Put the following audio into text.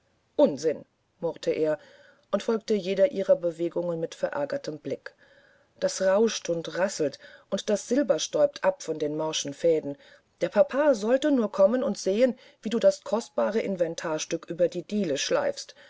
unsinn murrte er und folgte jeder ihrer bewegungen mit geärgertem blick das rauscht und rasselt und das silber stäubt ab von den morschen fäden der papa sollte nur kommen und sehen wie du das kostbare inventarstück über die dielen schleifst